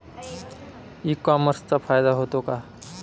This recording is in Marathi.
ई कॉमर्सचा फायदा होतो का?